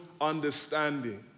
understanding